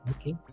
Okay